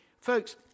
Folks